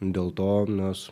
dėl to nes